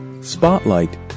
Spotlight